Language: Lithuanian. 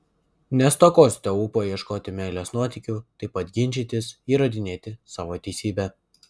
nestokosite ūpo ieškoti meilės nuotykių taip pat ginčytis įrodinėti savo teisybę